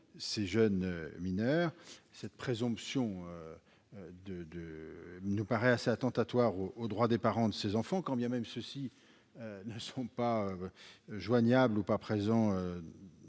ces jeunes mineurs, cette présomption nous paraît attentatoire aux droits des parents de ces enfants, quand bien même ceux-ci ne seraient pas joignables immédiatement